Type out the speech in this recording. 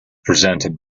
presented